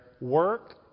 work